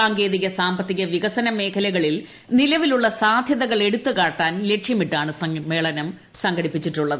സാങ്കേതിക സാമ്പത്തിക വികസന മേഖലകളിൽ നിലവിലുള്ള സാധ്യതകൾ എടുത്തുകാട്ടാൻ ലക്ഷ്യമിട്ടാണ് സമ്മേളനം സംഘടിപ്പിച്ചിരിക്കുന്നത്